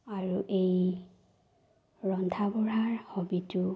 আৰু এই ৰন্ধা বঢ়াৰ হবিটো